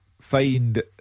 find